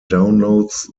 downloads